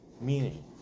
Meaning